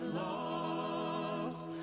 lost